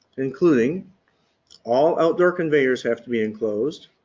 including all outdoor conveyors have to be enclosed,